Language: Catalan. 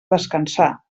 descansar